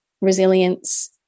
resilience